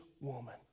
woman